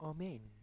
Amen